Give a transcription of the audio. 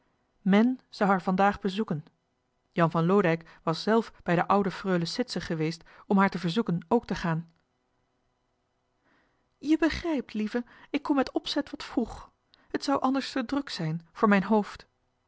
men zou haar vandaag bezoeken jan van loodijck was zelf bij de oude freule sitsen geweest om haar te verzoeken ook te gaan je begrijpt lieve ik kom met opzet wat vroeg het zou anders te druk zijn voor mijn hoofd